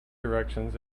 directions